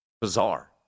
bizarre